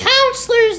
counselors